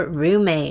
roommate